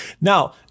Now